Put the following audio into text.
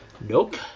nope